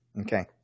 Okay